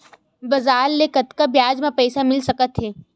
बजार ले कतका ब्याज म पईसा मिल सकत हे?